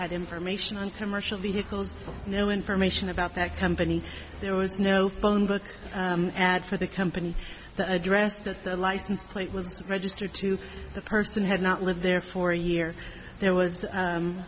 had information on commercial vehicles no information about that company there was no phone book ad for the company the address that the license plate was registered to that person had not lived there for a year there was